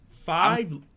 Five